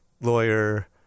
lawyer